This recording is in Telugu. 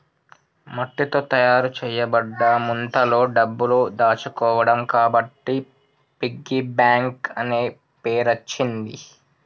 మట్టితో తయారు చేయబడ్డ ముంతలో డబ్బులు దాచుకోవడం కాబట్టి పిగ్గీ బ్యాంక్ అనే పేరచ్చింది